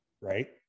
right